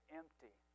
empty